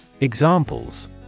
Examples